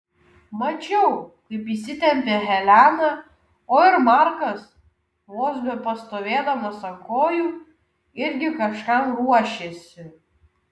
mačiau kaip įsitempė helena o ir markas vos bepastovėdamas ant kojų irgi kažkam ruošėsi